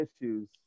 issues